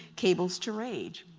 cables to rage.